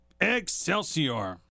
excelsior